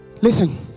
Listen